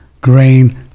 grain